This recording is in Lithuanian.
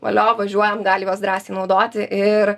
valio važiuojam gali juos drąsiai naudoti ir